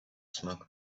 smoke